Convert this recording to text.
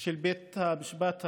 של בית המשפט העליון,